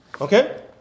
Okay